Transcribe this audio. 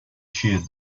sheared